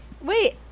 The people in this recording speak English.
Wait